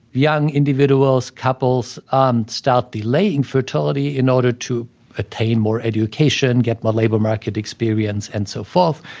young individuals, couples um start delaying fertility in order to attain more education, get more labor market experience and so forth,